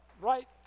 right